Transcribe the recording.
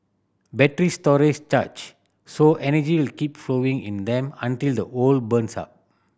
batteries stories charge so energy will keep flowing in them until the whole burns up